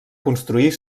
construir